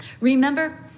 Remember